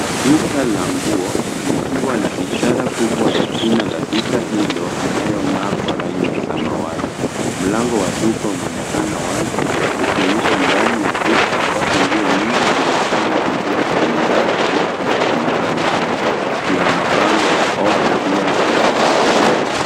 Duka la nguo likiwa na ishara kubwa ya jina la duka hilo inayong'aa kwa rangi ya samawati. Mlango wa duka unaonekana wazi, ukionyesha ndani ya duka ambapo nguo nyingi zimepangwa vizuri kwenye rafu na kwa sanamu. Kuna mabango ya offer pia inaonekana.